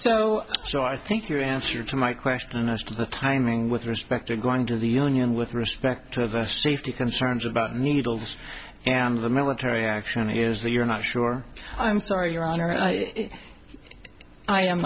so so i think your answer to my question asked the timing with respect to going to the union with respect to the safety concerns about needles and the military action is that you're not sure i'm sorry your honor i am